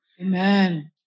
Amen